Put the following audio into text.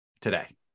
today